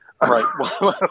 Right